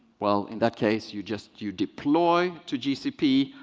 well, in that case, you just you deploy to gcp.